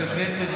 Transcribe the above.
הוא הקשיב לך,